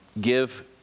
give